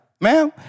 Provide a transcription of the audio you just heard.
ma'am